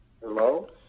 Hello